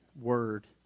word